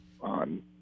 on